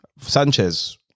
Sanchez